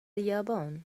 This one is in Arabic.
اليابان